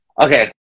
Okay